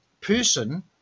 person